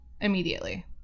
immediately